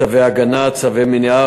צווי הגנה, צווי מניעת